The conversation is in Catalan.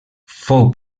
fou